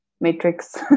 matrix